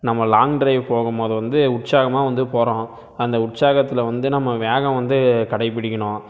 நம்ம long drive போகும் போது வந்து உற்சாகமாக வந்து போகிறோம் அந்த உற்சாகத்தில் வந்து நம்ம வேகம் வந்து கடைப்பிடிக்கணும்